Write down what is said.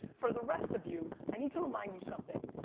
for the rest of you, i need to remind you something.